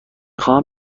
خواهم